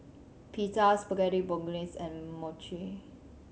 Pita Spaghetti Bolognese and Mochi